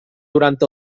durant